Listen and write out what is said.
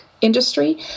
industry